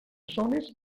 zones